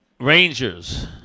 Rangers